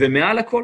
מעל לכול,